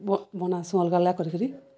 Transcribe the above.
ବନାସୁଁ ଅଲଗା ଅଲଗା କରିକିରି